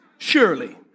Surely